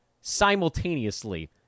simultaneously